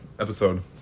episode